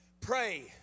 Pray